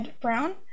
Brown